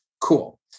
cool